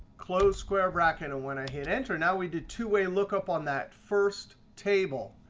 close square bracket. and when i hit enter, now we did two way lookup on that first table.